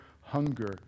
hunger